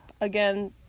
again